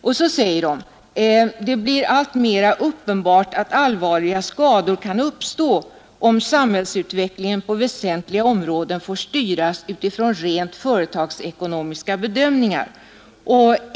Och så säger de att det ”blivit uppenbart att allvarliga skador kan uppstå om samhällsutvecklingen på väsentliga områden får styras utifrån rent företagsekonomiska bedömningar.